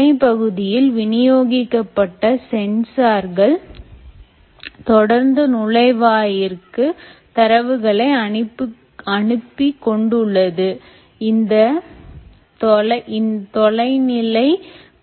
பண்ணை பகுதியில் வினியோகிக்கப்பட்ட சென்சார்கள் தொடர்ந்து நுழைவாயில்விற்கு தரவுகளை அனுப்பி கொண்டுள்ளது இந்த தொலைநிலை